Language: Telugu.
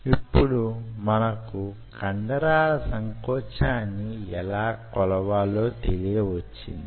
ఇప్పుడు మనకు కండరాల సంకోచాన్ని యెలా కోలవాలో తెలియవచ్చింది